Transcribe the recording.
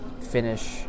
finish